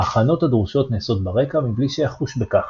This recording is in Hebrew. ההכנות הדרושות נעשות ברקע מבלי שיחוש בכך,